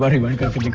but he will come for